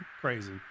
Crazy